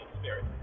spirit